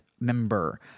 member